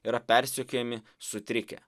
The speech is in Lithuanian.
yra persekiojami sutrikę